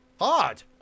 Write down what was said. hard